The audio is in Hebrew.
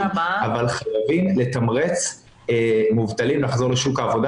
אבל חייבים לתמרץ מובטלים לחזור לשוק העבודה